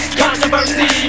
controversy